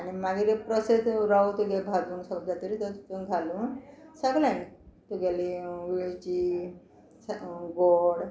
आनी मागीर एक प्रोसेस रवो तुगे घालून सगळे तुगेलें वेलची गोड